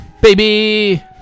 baby